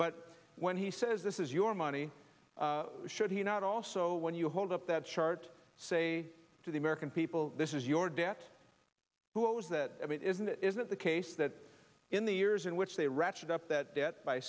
but when he says this is your money should he not also when you hold up that chart say to the american people this is your debt what was that i mean isn't it isn't the case that in the years in which they ratchet up that debt by